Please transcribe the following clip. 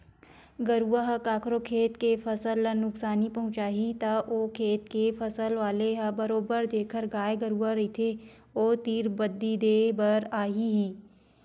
गरुवा ह कखरो खेत के फसल ल नुकसानी पहुँचाही त ओ खेत के फसल वाले ह बरोबर जेखर गाय गरुवा रहिथे ओ तीर बदी देय बर आही ही